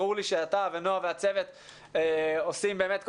ברור לי שאתה ונועה והצוות עושים באמת כל